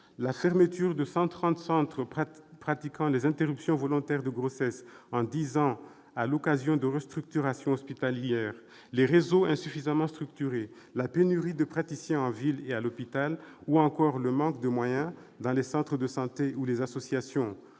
la fermeture de 130 centres pratiquant les interruptions volontaires de grossesse en dix ans à l'occasion de restructurations hospitalières, les réseaux insuffisamment structurés, la pénurie de praticiens en ville et à l'hôpital, ou encore le manque de moyens dans les centres de santé ou les associations-